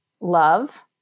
love